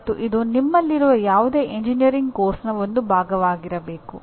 ಮತ್ತು ಇದು ನಿಮ್ಮಲ್ಲಿರುವ ಯಾವುದೇ ಎಂಜಿನಿಯರಿಂಗ್ ಪಠ್ಯಕ್ರಮದ ಒಂದು ಭಾಗವಾಗಿರಬೇಕು